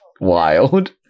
wild